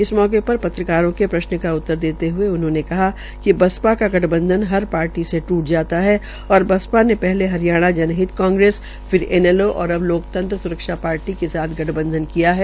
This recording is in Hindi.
इस मौके पर पत्रकारों के प्रश्न का उत्तर देते हये उन्होंने कहा कि बसपा का गठबंधन हर पार्टी से टूट जाता है और बसपा ने पहले हरियाणा जनहित कांग्रेस फिर इनैलो और अब लोकतंत्र सुरक्षा पार्टी के गठबंधन किया है